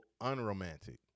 unromantic